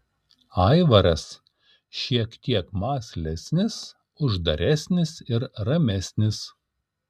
aivaras šiek tiek mąslesnis uždaresnis ir ramesnis